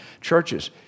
Churches